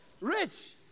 rich